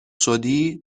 شدی